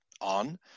on